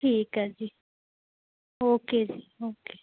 ਠੀਕ ਹੈ ਜੀ ਓਕੇ ਜੀ ਓਕੇ